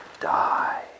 die